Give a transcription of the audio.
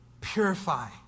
purify